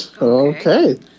Okay